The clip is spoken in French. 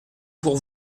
pour